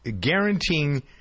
guaranteeing